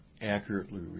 accurately